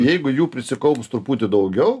jeigu jų prisikaups truputį daugiau